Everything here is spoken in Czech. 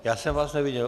Já jsem vás neviděl!